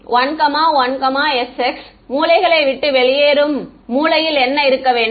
1 sx 1 11sx மூலைகளை விட்டு வெளியேறும் மூலையில் என்ன இருக்க வேண்டும்